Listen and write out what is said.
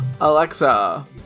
Alexa